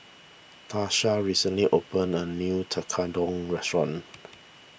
Tarsha recently opened a new Tekkadon restaurant